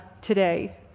today